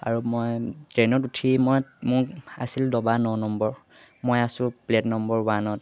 আৰু মই ট্ৰেইনত উঠি মই মোক আছিল দবা ন নম্বৰ মই আছোঁ প্লেট নম্বৰ ওৱানত